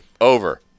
Over